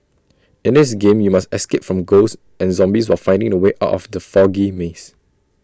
in this game you must escape from ghosts and zombies while finding the way out from the foggy maze